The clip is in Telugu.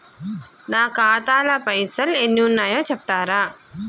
నా ఖాతా లా పైసల్ ఎన్ని ఉన్నాయో చెప్తరా?